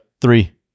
Three